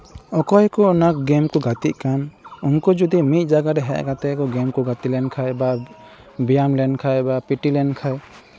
ᱚᱠᱚᱭ ᱠᱚ ᱚᱱᱟ ᱜᱮᱢ ᱠᱚ ᱜᱟᱛᱮᱜ ᱠᱟᱱ ᱩᱱᱠᱩ ᱡᱩᱫᱤ ᱢᱤᱫ ᱡᱟᱭᱜᱟ ᱨᱮ ᱦᱮᱡ ᱠᱟᱛᱮᱫ ᱜᱮᱢ ᱠᱚ ᱜᱟᱛᱮ ᱞᱮᱱᱠᱷᱟᱡ ᱟᱵᱟᱨ ᱵᱮᱭᱟᱢ ᱞᱮᱱᱠᱷᱟᱡ ᱟᱵᱟᱨ ᱯᱮᱴᱤ ᱞᱮᱱᱠᱷᱟᱡ